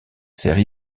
sert